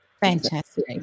fantastic